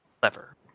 Clever